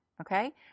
Okay